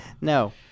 No